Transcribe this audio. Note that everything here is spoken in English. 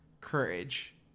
courage